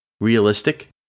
realistic